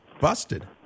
busted